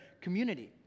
community